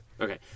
Okay